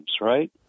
right